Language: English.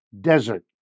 desert